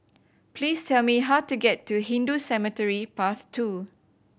please tell me how to get to Hindu Cemetery Path Two